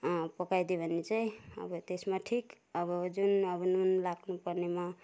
पकाइदियो भने चाहिँ अब त्यसमा ठिक अब जुन अब नुन लाग्नुपर्नेमा